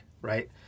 right